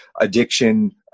addiction